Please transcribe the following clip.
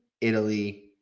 Italy